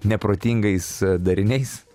neprotingais dariniais